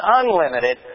unlimited